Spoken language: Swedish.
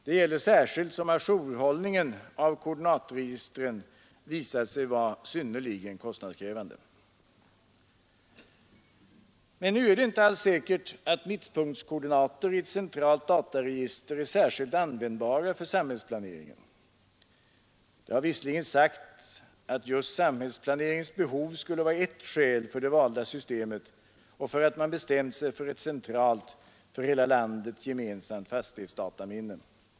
Det gäller särskilt som ajourföringen av koordinatregistren visat sig vara synnerligen kostnadskrävande. Men det är inte alls säkert att mittpunktskoordinater i ett centralt dataregister är särskilt användbara för samhällsplaneringen. Det har visserligen sagts att just samhällsplaneringens behov skulle vara ett skäl för det valda systemet och för att man bestämt sig för ett centralt, för hela landet gemensamt fastighetsdataminne.